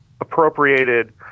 appropriated